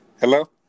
Hello